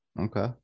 okay